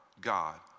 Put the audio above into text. God